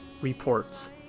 reports